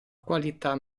qualità